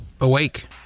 awake